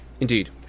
Indeed